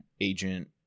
agent